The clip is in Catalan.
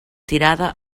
tirada